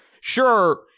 sure